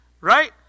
Right